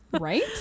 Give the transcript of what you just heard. Right